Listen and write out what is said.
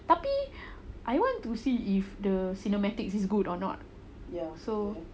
tapi I want to see if the cinematic is good or not so